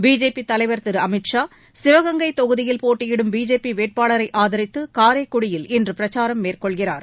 BJP தலைவர் திரு அமித் ஷா சிவகங்கை தொகுதியில் போட்டியிடும் பிஜேபி வேட்பாளரை ஆதரித்து காரைக்குடியில் இன்று பிரச்சாரம் மேற்கொள்கிறார்